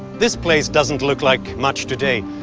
this place doesn't look like much today,